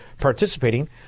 participating